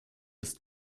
ist